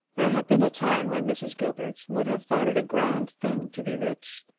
there had been a time when mrs. gilbert would have thought it a grand thing to be rich,